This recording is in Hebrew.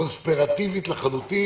קונספירטיבי לחלוטין.